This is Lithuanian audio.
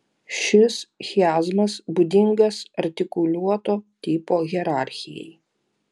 šis chiazmas būdingas artikuliuoto tipo hierarchijai